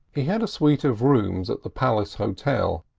he had a suite of rooms at the palace hotel,